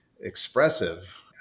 expressive